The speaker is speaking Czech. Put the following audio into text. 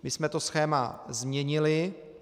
My jsme to schéma změnili.